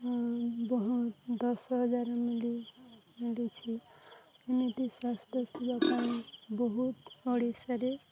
ବହୁ ଦଶ ହଜାର ଖଣ୍ଡେ ମିଳିଛି ଏମିତି ସ୍ୱାସ୍ଥ୍ୟ ସେବା ପାଇଁ ବହୁତ ଓଡ଼ିଶାରେ